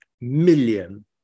million